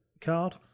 card